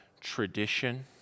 tradition